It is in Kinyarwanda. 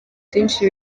byinshi